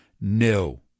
No